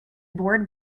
board